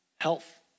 health